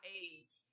age